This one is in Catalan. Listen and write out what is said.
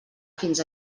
fins